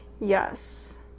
yes